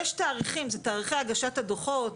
יש תאריכים למשל תאריכי הגשת הדוחות,